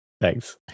thanks